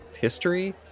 History